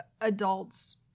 adults